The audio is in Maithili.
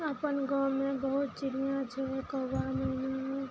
अपन गाँवमे बहुत चिड़िआ छै कौआ मैना